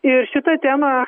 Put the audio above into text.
ir šita tema